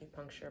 acupuncture